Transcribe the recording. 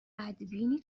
بدبینی